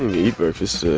eat breakfast so